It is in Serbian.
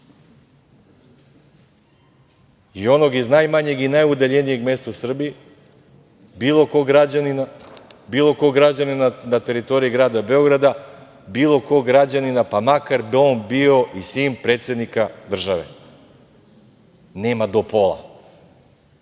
i onog iz najmanjeg i najudaljenijeg mesta u Srbiji, bilo kog građanina, bilo kog građanina na teritoriji grada Beograda, bilo kog građanina pa makar on bio i sin predsednika države. Nema do pola.